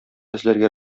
эзләргә